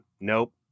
nope